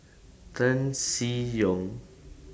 Tan Seng Yong